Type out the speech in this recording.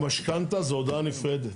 המשכנתה זו הודעה נפרדת,